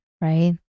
right